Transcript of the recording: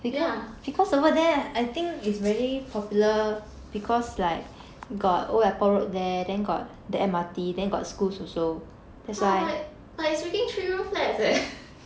ya !huh! but but it's freaking three room flats leh